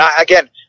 again